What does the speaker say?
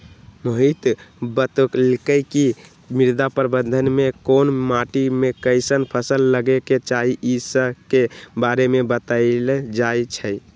मोहित बतलकई कि मृदा प्रबंधन में कोन माटी में कईसन फसल लगे के चाहि ई स के बारे में बतलाएल जाई छई